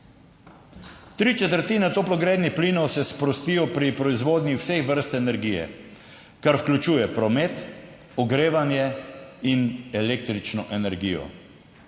Tri četrtine toplogrednih plinov se sprostijo pri proizvodnji vseh vrst energije, kar vključuje promet, ogrevanje in električno energijo.